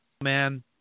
man